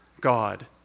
God